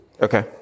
Okay